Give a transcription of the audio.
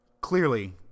Clearly